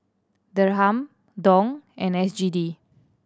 Dirham Dong and S G D